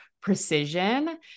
precision